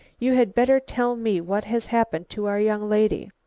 you had better tell me what has happened to our young lady.